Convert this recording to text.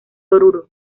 oruro